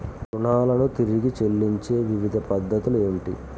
రుణాలను తిరిగి చెల్లించే వివిధ పద్ధతులు ఏమిటి?